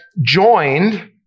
joined